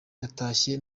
yatashye